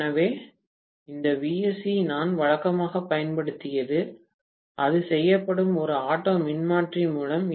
எனவே இந்த Vsc நான் வழக்கமாகப் பயன்படுத்தியது அது செய்யப்படும் ஒரு ஆட்டோ மின்மாற்றி மூலம்